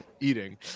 eating